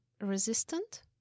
resistant